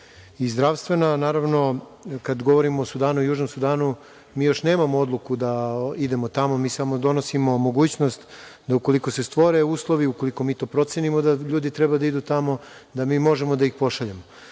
i zdravstvena, a naravno kada govorimo o Sudanu i Južnom Sudanu, mi još nemamo odluku da idemo tamo, samo donosimo mogućnost da ukoliko se stvore uslovi, ukoliko mi to procenimo da ljudi treba da idu tamo, da možemo da ih pošaljemo. Naravno,